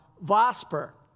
Vosper